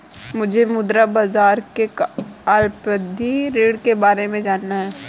मुझे मुद्रा बाजार के अल्पावधि ऋण के बारे में जानना है